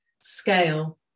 scale